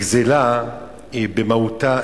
גזלה במהותה,